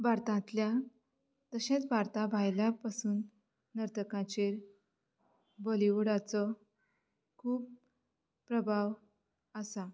भारतांतल्या तशेंच भारता भायल्या पसून नर्तकाचेर बॉलीवुडाचो खूब प्रभाव आसा